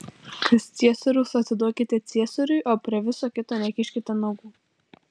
kas ciesoriaus atiduokite ciesoriui o prie viso kito nekiškite nagų